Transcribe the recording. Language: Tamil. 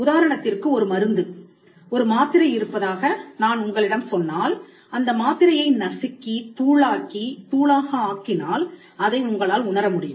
உதாரணத்திற்கு ஒரு மருந்து ஒரு மாத்திரை இருப்பதாக நான் உங்களிடம் சொன்னால் அந்த மாத்திரையை நசுக்கித் தூளாக்கி தூளாக ஆக்கினால் அதை உங்களால் உணர முடியும்